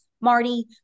Marty